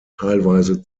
teilweise